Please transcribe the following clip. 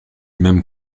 même